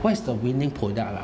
what is the winning product lah